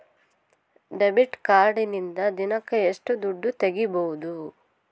Debit ಕಾರ್ಡಿನಿಂದ ದಿನಕ್ಕ ಎಷ್ಟು ದುಡ್ಡು ತಗಿಬಹುದು?